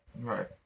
Right